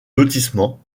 lotissements